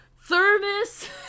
thermos